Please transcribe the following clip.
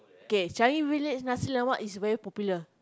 K Changi-Village nasi-lemak is very popular